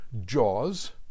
Jaws